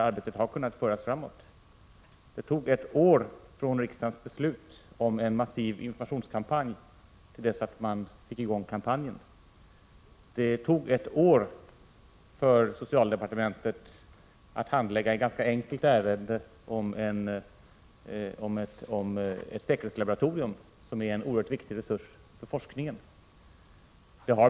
Det tog ett år från riksdagens beslut om en massiv informationskampanj till dess att kampanjen kom i gång. Det tog också ett år för socialdepartementet att handlägga ett ganska enkelt ärende om ett säkerhetslaboratorium, som är en oerhört viktig resurs för forskningen.